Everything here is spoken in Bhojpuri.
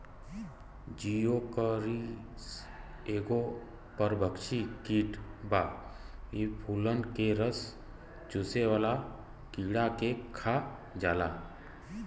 जिओकरिस एगो परभक्षी कीट बा इ फूलन के रस चुसेवाला कीड़ा के खा जाला